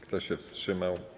Kto się wstrzymał?